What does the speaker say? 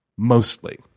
Mostly